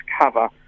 cover